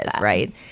right